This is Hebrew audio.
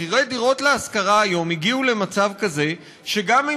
מחירי דירות להשכרה היום הגיעו למצב כזה שגם אם